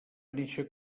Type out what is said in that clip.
néixer